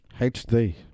HD